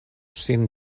sin